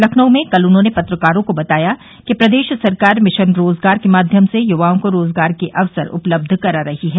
लखनऊ में कल उन्होंने पत्रकारों को बताया कि प्रदेश सरकार मिशन रोजगार के माध्यम से युवाओं को रोजगार के अवसर उपलब्ध करा रही है